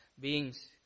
beings